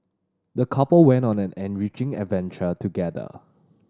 the couple went on an enriching adventure together